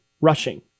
rushing